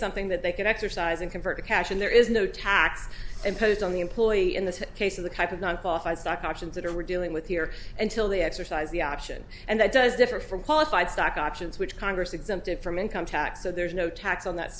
something that they can exercise and convert to cash and there is no tax imposed on the employee in the case of the kind of not qualified stock options that are we're dealing with here until they exercise the option and that does differ from qualified stock options which congress exempted from income tax so there's no tax on that